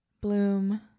bloom